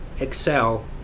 excel